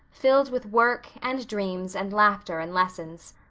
filled with work and dreams and laughter and lessons.